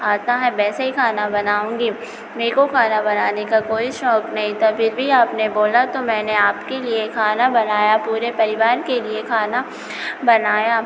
आता है वैसा ही खाना बनाऊँगी मेरे को खाना बनाने का कोई शौक़ नहीं था फिर भी आपने बोला तो मैंने आपके लिए खाना बनाया पूरे परिवार के लिए खाना बनाया